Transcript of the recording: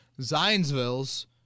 Zionsville's